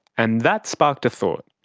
and that sparked a thought.